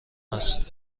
است